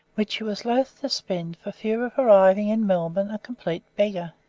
which he was loath to spend for fear of arriving in melbourne a complete beggar.